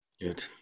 Good